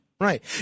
right